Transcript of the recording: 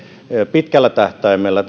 pitkällä tähtäimellä